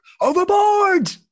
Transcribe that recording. overboard